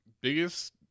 biggest